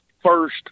First